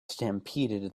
stampeded